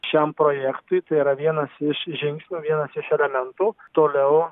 šiam projektui tai yra vienas iš žingsnių vienas iš elementų toliau